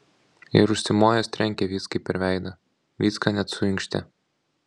ir užsimojęs trenkė vyckai per veidą vycka net suinkštė